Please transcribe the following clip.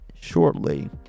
shortly